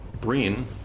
Breen